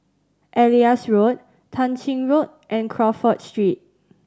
Elias Road Tah Ching Road and Crawford Street